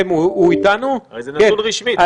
אבל זה נתון רשמי.